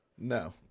no